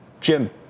Jim